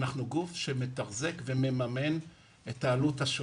אנחנו גוף שמתחזק ומממן את העלות השוטפת.